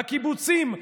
הקיבוצים,